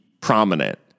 prominent